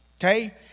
Okay